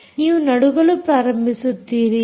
ನೀವು ನಡುಗಲು ಪ್ರಾರಂಭಿಸುತ್ತಿರಿಯೇ